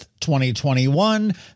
2021